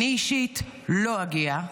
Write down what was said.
אני אישית לא אגיע,